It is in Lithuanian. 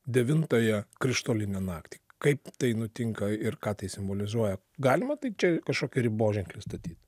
devintąją krištolinę naktį kaip tai nutinka ir ką tai simbolizuoja galima taip čia kažkokį riboženklį statyt